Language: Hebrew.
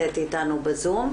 בוקר טוב.